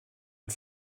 und